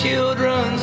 children